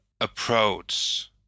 approach